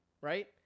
right